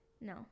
No